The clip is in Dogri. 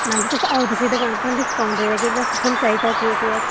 आयो मैडम जी थुहानू दुकान उप्परा डिस्काऊंट दोआगै तुसें चाहिदा केह् केह् ऐ